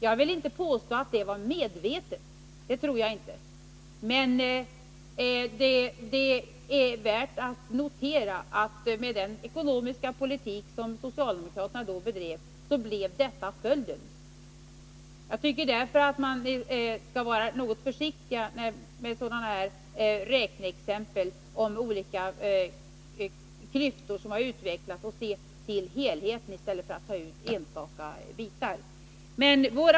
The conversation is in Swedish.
Jag vill inte påstå att detta var medvetet — det tror jag inte. Men det är värt att notera att med den ekonomiska politik som socialdemokraterna då förde så blev detta följden. Jag tycker därför att man skall vara något försiktigare med sådana här räkneexempel och i stället se till helheten.